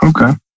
Okay